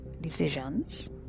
decisions